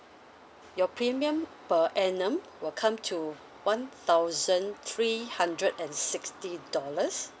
your premium per annum will come to one thousand three hundred and sixty dollars